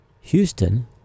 Houston